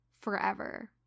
forever